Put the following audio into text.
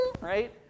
right